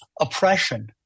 oppression